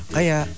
Kaya